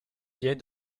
vient